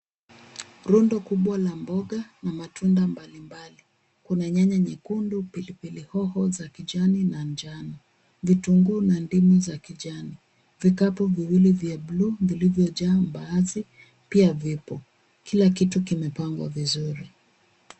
Rundo kubwa la mboga na matunda mbalimbali. Kuna nyanya nyekundu, pilipili hoho za kijani na njano, vitunguu na ndimu za kijani. Vikapu viwili vya bluu vilivyojaa mbaazi pia vipo. Kila kitu kimepangwa vizuri.